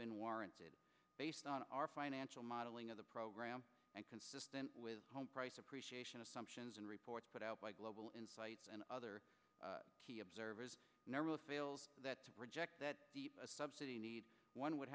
been warranted based on our financial modeling of the program and consistent with home price appreciation assumptions and reports put out by global insights and other key observers normal sales that reject that subsidy need one would